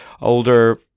Older